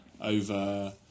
over